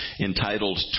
entitled